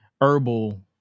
herbal